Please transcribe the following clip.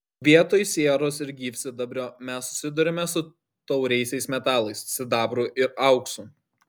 vietoj sieros ir gyvsidabrio mes susiduriame su tauriaisiais metalais sidabru ir auksu